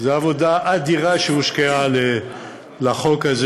עבודה אדירה שהושקעה בחוק הזה,